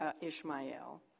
Ishmael